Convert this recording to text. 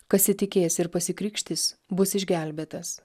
kas įtikės ir pasikrikštys bus išgelbėtas